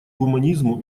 гуманизму